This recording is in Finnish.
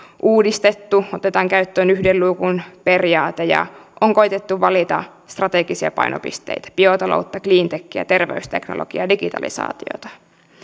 uudistettu otetaan käyttöön yhden luukun periaate ja on koetettu valita strategisia painopisteitä biotaloutta cleantechia terveysteknologiaa ja digitalisaatiota